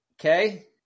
okay